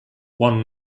one